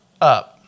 up